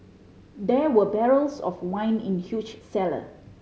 there were barrels of wine in the huge cellar